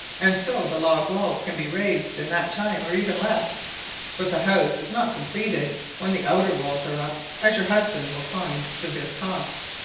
and so the log-walls can be raised in that time or even less but the house is not completed when the outer walls are up, as your husband will find to his cost.